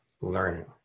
learning